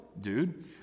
dude